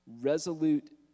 resolute